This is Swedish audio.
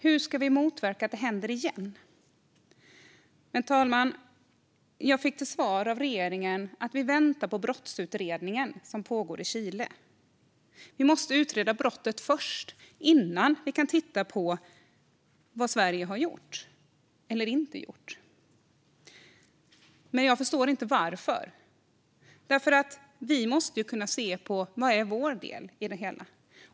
Hur ska vi motverka att det händer igen? Jag fick då till svar av regeringen att vi väntar på den brottsutredning som pågår i Chile. Vi måste utreda brottet först, innan vi kan titta på vad Sverige gjort eller inte gjort, sa man. Jag förstår inte varför. Vi måste ju kunna se på vad som är vår del i det hela.